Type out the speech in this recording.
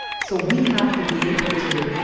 so we have to be able to,